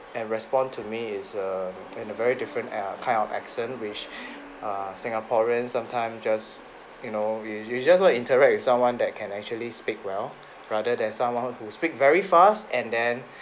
and respond to me is err in a very different uh kind of accent which uh singaporeans sometime just you know we just want to interact with someone that can actually speak well rather than someone who speak very fast and then